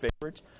favorites